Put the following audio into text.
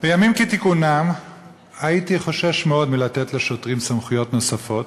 בימים כתיקונם הייתי חושש מאוד מלתת לשוטרים סמכויות נוספות,